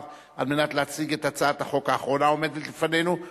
הצעת חוק המפלגות (תיקון מס' 18),